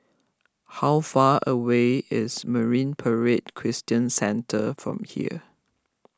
how far away is Marine Parade Christian Centre from here